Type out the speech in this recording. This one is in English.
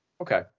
Okay